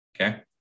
okay